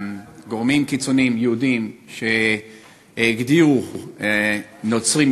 גורמים יהודיים קיצוניים שהגדירו נוצרים